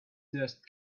dust